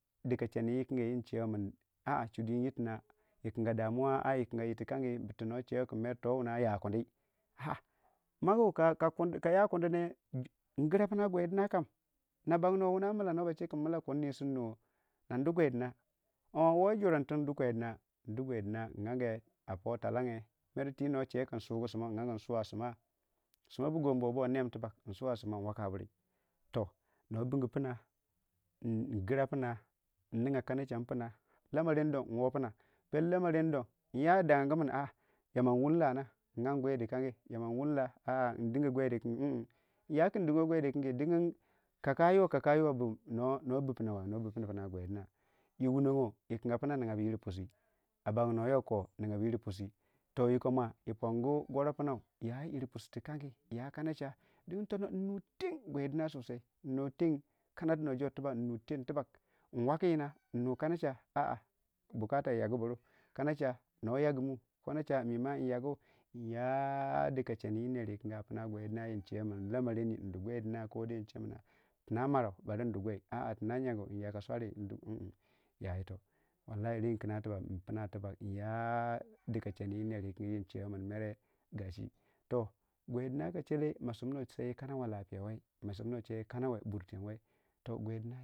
Dikachenne wu kange wunchewei min a'a chudin yir tinna yikinga damuwa yi kinga yirtikangi tu na chewei kin towunna ya kundi a'a mangu ka yakundi ne ngijra piinna gwidina kam na bannu wei wunua milla na bache kin milla kunni surnuwoo nadugwidinna hoo ou jorandu tun du gwiduna gwiiduna nange a po twellenge twi no che kin sugu simmau n'ange suwa simma, sima bu gombewa boo nem tibbag nsuwa simma nwakka buri no binge pinna ngyra punna nninga kanache mi piinna lammarenni don mwoo pina pero lammarenni don nyadangangu min a'a yama nwun lah na n'angwii dikangi aman nwun lah a'a ndinge gwii dikangi min yakin dingiwii gwii dikangi dingin kaka yirwa kaka yirwa buno bupunnawa no bupinna pina gwiidinna yi wunnou go yii kin gabu punna ningaba yir pusi a bonnuwe yokko ninga bu yir pusi yukomou yi pungu gorou punnau ya yir pusi tu kangi ya kanache dingin tunno nnuteng gwii dinna nnuteng kanadon jore nnuteng tibbag nwaki yinna nnu kanache a'a yagu bu- ru kanache no yagumu kanache mima nyagu nya- dikachenne ir ner wukange a piina gwiidinna wunchewei min lamma renni ndugwii dinna uche min tina marau barin du gwii a'a tuna yangu nyaka swari ndu mma ya jii to renkingna tibbag npunna tibbag nye dikachenne yii erwukange wun chewei min mere gwiidinna ka chemere ma simminu wei sai yi kana wai kanne wai burteng wai gwudinna.